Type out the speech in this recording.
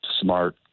smart